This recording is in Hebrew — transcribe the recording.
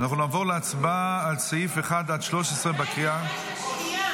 אנחנו נעבור להצבעה על סעיף 1 עד 13 בקריאה --- רגע,